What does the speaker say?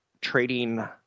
trading